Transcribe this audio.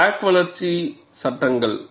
crack வளர்ச்சி சட்டங்கள்